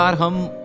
um home